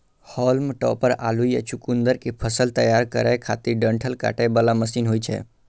हाल्म topper आलू या चुकुंदर के फसल तैयार करै खातिर डंठल काटे बला मशीन होइ छै